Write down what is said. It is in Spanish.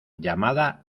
llamada